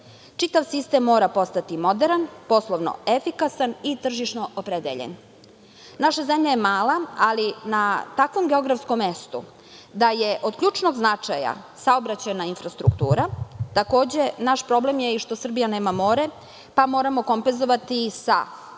Čitav sistem mora postati moderan, poslovno efikasan i tržišno opredeljen. Naša zemlja je mala, ali na takvom geografskom mestu da je od ključnog značaja saobraćajna infrastruktura, takođe naš problem je i što Srbija nema more, pa moramo kompenzovati sa rečnim lukama